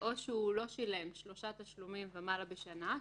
הוא לא שילם שלושה תשלומים ומעלה בשנה,